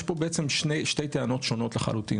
יש פה בעצם שתי טענות שונות לחלוטין.